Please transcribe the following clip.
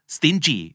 Stingy